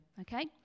okay